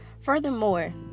Furthermore